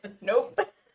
Nope